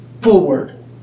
forward